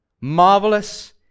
Marvelous